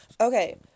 Okay